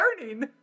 learning